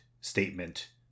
statement